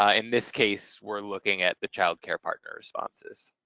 ah in this case, we're looking at the child care partner responses.